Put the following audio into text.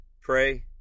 pray